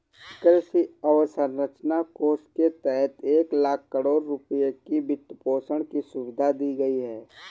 कृषि अवसंरचना कोष के तहत एक लाख करोड़ रुपए की वित्तपोषण की सुविधा दी गई है